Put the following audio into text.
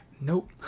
nope